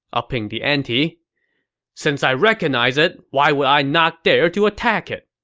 upping the ante since i recognize it, why would i not dare to attack it?